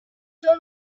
soul